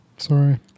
Sorry